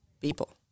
people